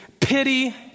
pity